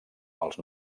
els